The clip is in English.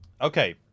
Okay